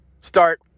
start